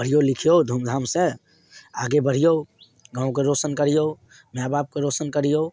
पढ़ियौ लिखियौ धूम धामसँ आगे बढ़ियौ गाँवके रौशन करियौ मैआ बापके रौशन करियौ